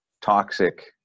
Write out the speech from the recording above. toxic